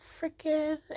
freaking